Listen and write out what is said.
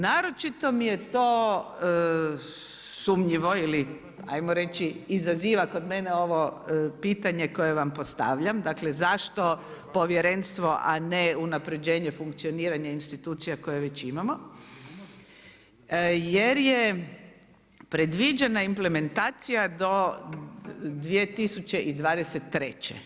Naročito mi je to sumnjivo ili ajmo reći izaziva kod mene ovo pitanje koje vam postavljam, dakle zašto povjerenstvo a ne unapređenje funkcioniranja institucija koje već imamo jer je predviđena implementacija do 2023.